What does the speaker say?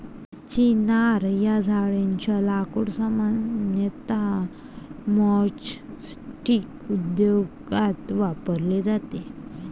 चिनार या झाडेच्या लाकूड सामान्यतः मैचस्टीक उद्योगात वापरले जाते